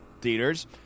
theaters